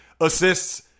assists